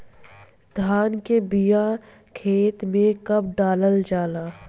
धान के बिया खेत में कब डालल जाला?